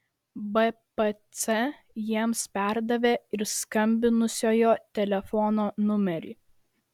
bpc jiems perdavė ir skambinusiojo telefono numerį